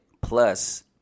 plus